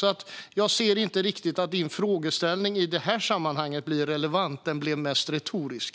Jag ser därför inte riktigt att frågeställningen i det här sammanhanget blir relevant; den blir mest retorisk.